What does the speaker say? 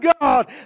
God